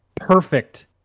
perfect